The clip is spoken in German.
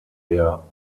der